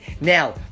Now